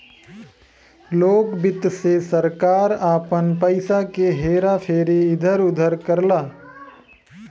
लोक वित्त से सरकार आपन पइसा क हेरा फेरी इधर उधर करला